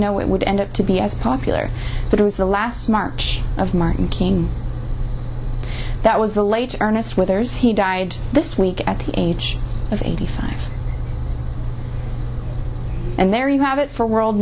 know it would end up to be as popular but it was the last march of martin king that was the late ernest withers he died this week at the age of eighty five and there you have it for world